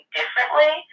differently